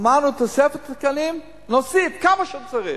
אמרנו, תוספת תקנים, נוסיף כמה שצריך,